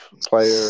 player